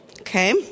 Okay